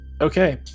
Okay